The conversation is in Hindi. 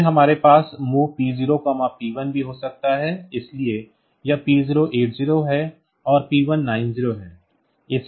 फिर हमारे पास MOV P0 P1 भी हो सकते हैं इसलिए यह P0 80 है और P1 90 है